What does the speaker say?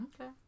Okay